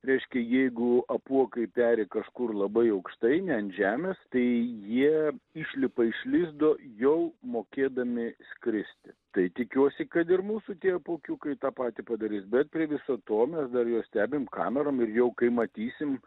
reiškia jeigu apuokai peri kažkur labai aukštai ne ant žemės tai jie išlipa iš lizdo jau mokėdami skristi tai tikiuosi kad ir mūsų tie apuokiukai tą patį padarys bet prie viso to mes dar juos stebim kamerom ir jau kai matysim